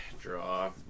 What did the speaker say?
Draw